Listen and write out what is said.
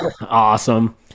Awesome